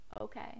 okay